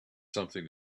something